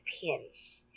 pins